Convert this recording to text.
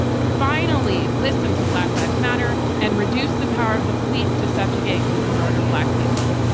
finally listen to black lives matter and reduce the power of the police to subjugate and even murder black people.